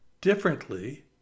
differently